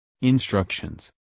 Instructions